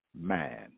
man